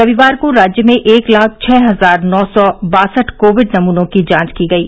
रविवार को राज्य में एक लाख छः हजार नौ सौ बासठ कोविड नमूनों की जांच की गयी